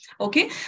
Okay